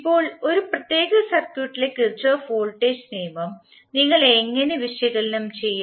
ഇപ്പോൾ ഒരു പ്രത്യേക സർക്യൂട്ടിലെ കിർചോഫ് വോൾട്ടേജ് നിയമം നിങ്ങൾ എങ്ങനെ വിശകലനം ചെയ്യും